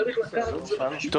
צריך לקחת את זה בחשבון.